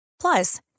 Plus